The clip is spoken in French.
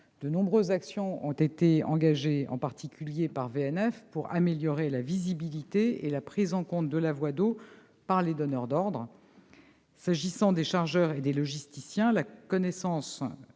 De nombreuses actions ont été engagées, en particulier par VNF, pour améliorer la visibilité et la prise en compte de la voie d'eau par les donneurs d'ordre. S'agissant des chargeurs et des logisticiens, la connaissance